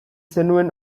zenuen